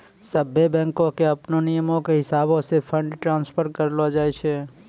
सभ्भे बैंको के अपनो नियमो के हिसाबैं से फंड ट्रांस्फर करलो जाय छै